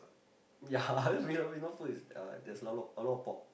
ya Filipino food is uh there's a lot a lot of pork